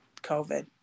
COVID